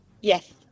Yes